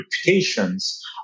reputations